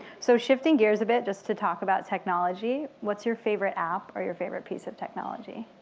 so shifting gears a bit, just to talk about technology, what's your favorite app or your favorite piece of technology?